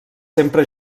sempre